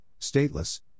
Stateless